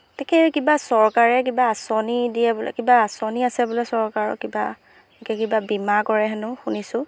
তাকে কিবা চৰকাৰে কিবা আঁচনি দিয়ে বোলে কিবা আঁচনি আছে বোলে চৰকাৰৰ কিবা একে কিবা বীমা কৰে হেনো শুনিছোঁ